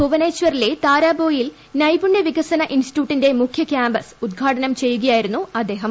ഭൂവനേശ്വറിലെ താരാബോയിയിൽ നൈപുണ്യ വികസന ഇൻസ്റ്റിറ്റ്യൂട്ടിന്റെ മുഖ്യ ക്യാമ്പസ് ഉദ്ഘാടനം ചെയ്യുകയായിരുന്നു അദ്ദേഹം